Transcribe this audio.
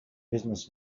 business